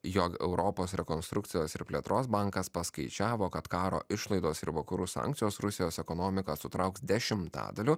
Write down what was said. jog europos rekonstrukcijos ir plėtros bankas paskaičiavo kad karo išlaidos ir vakarų sankcijos rusijos ekonomiką sutrauks dešimtadaliu